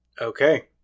Okay